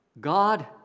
God